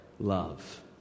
Love